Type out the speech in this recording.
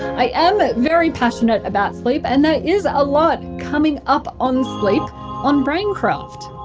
i am ah very passionate about sleep and there is a lot coming up on sleep on braincraft.